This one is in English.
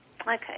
Okay